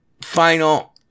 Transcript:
final